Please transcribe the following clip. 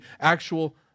actual